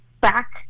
back